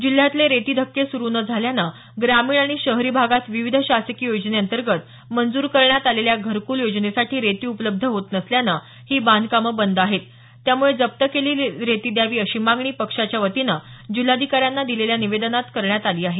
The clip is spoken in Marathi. जिल्ह्यातले रेती धक्के सुरू न झाल्यानं ग्रामीण आणि शहरी भागात विविध शासकीय योजनेअंतर्गत मंजूर करण्यात आलेल्या घरकुल योजनेसाठी रेती उपलब्ध होत नसल्यानं ही बांधकामं बंद आहेत त्यामुळे ही जप्त केलेली रेती द्यावी अशी मागणी पक्षाच्या वतीनं जिल्हाधिकाऱ्यांना दिलेल्या निवेदनात करण्यात आली आहे